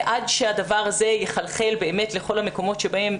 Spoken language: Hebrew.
עד שהדבר הזה יחלחל לכל המקומות שבהם,